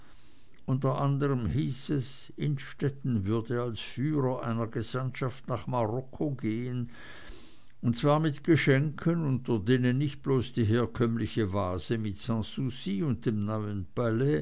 unter anderem hieß es innstetten würde als führer einer gesandtschaft nach marokko gehen und zwar mit geschenken unter denen nicht bloß die herkömmliche vase mit sanssouci und dem neuen